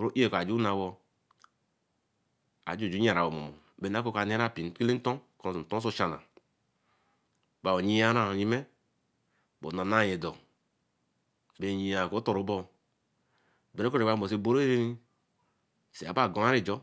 ro-o i-yɛ kɔ aju na wo-or?aju-ju yiaru a-o mɔmɔ. B enu na nɔɔ ɔka nɛ-ɛ mpikele ntɔɔ kɔ ntɔ oso ɔchana bɛ a-o eyia rannyima ebe onana gɛ þɔ ebɛ yi-a oku ɔtɔɔ ru baa. Gbere kɔ newa mɔ oso eborɛ ɛ-rɛ-rig osii yaba gɔari ejɔ.